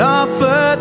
offer